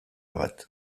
bat